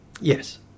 Yes